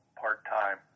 part-time